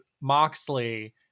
Moxley